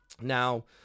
Now